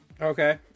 Okay